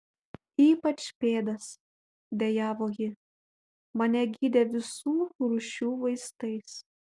ypač pėdas dejavo ji mane gydė visų rūšių vaistais